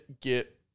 get